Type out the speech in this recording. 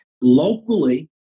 locally